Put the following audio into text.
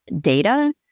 data